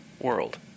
world